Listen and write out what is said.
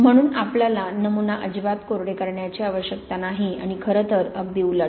म्हणून आपल्याला नमुना अजिबात कोरडे करण्याची आवश्यकता नाही आणि खरं तर अगदी उलट